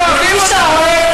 מיכל, את גדולה, אוהבים אותך.